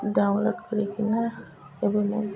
download କରିକିନା ଏବଂ ମୁଁ